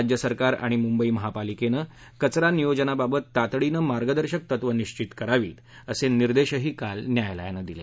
राज्य सरकार आणि मुंबई महापालिकेनं कचरा नियोजनाबाबत तातडीनं मार्गदर्शक तत्वं निश्चित करावीत असे निर्देशही काल न्यायालयानं दिले